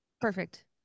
Perfect